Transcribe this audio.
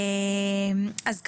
אז ככה,